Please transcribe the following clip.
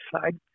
side